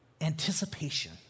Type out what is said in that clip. anticipation